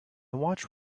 watch